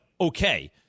okay